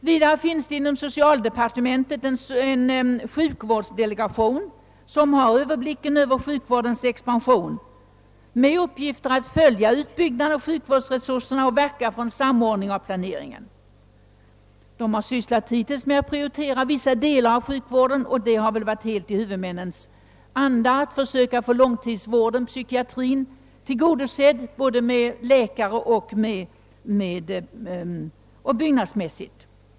Vidare finns inom socialdepartementet en sjukvårdsdelegation som har överblick över sjukvårdens expansion och som har till uppgift att följa utbyggnaden av sjukvårdsresurserna och verka för en samordning av planeringen. De har hittills sysslat med att prioritera vissa delar av sjukvården och med att — helt i huvudmännens anda — söka få den psykiatriska långtidsvården tillgodosedd både med läkare och byggnadsmässigt.